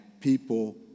people